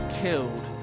killed